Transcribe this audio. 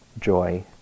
joy